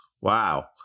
Wow